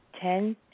Ten